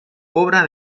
obra